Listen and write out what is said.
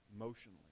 emotionally